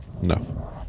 No